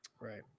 Right